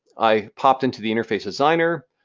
i popped into the interface designer.